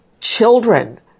children